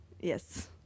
Yes